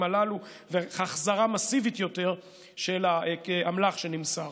הללו והחזרה מסיבית יותר של האמל"ח שנמסר.